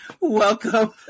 Welcome